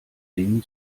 dingen